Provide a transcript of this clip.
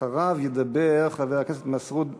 אחריו ידבר חבר הכנסת מסעוד גנאים.